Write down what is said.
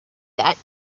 that